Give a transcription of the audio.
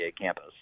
campus